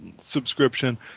subscription